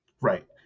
Right